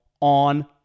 on